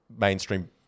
mainstream